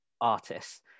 artists